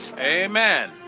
Amen